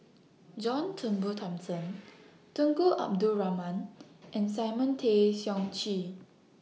John Turnbull Thomson Tunku Abdul Rahman and Simon Tay Seong Chee